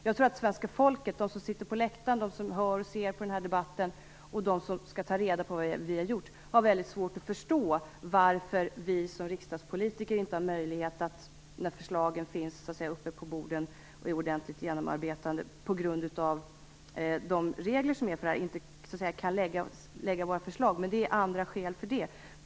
Jag tror att svenska folket, de som sitter på läktaren, de som hör och ser på den här debatten och de som skall ta reda på vad vi har gjort har väldigt svårt att förstå varför vi som riksdagspolitiker, på grund av de regler som gäller, inte har möjlighet att lägga fram våra förslag när betänkandet finns på bordet och är ordentligt genomarbetat. Men det finns andra skäl för det.